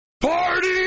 Party